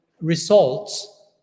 results